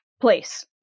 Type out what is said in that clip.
place